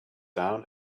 down